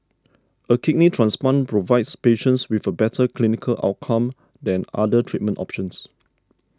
a kidney transplant provides patients with a better clinical outcome than other treatment options